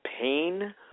pain